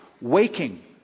waking